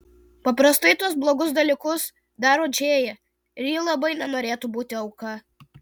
paprastai tuos blogus dalykus daro džėja ir ji labai nenorėtų būti auka